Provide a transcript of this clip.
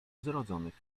zrodzonych